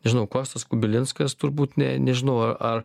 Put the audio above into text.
nežinau kostas kubilinskas turbūt ne nežinau ar ar